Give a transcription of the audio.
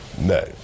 No